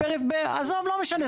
עזוב, לא משנה.